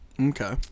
Okay